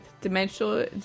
Dimensional